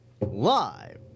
live